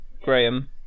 Graham